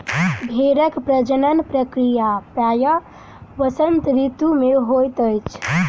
भेड़क प्रजनन प्रक्रिया प्रायः वसंत ऋतू मे होइत अछि